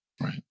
Right